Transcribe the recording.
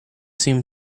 seem